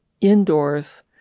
indoors